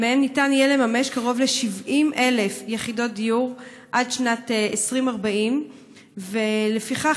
ומהן ניתן יהיה לממש קרוב ל-70,000 יחידות דיור עד שנת 2040. לפיכך,